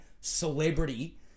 celebrity